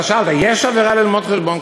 שאלת: יש עבירה בללמוד חשבון?